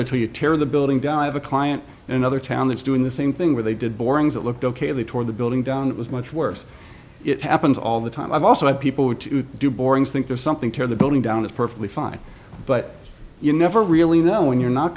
there too you tear the building down i have a client in another town that's doing the same thing where they did borings that looked ok they tore the building down it was much worse it happens all the time i've also had people do borings think there's something to the building down is perfectly fine but you never really know when you're not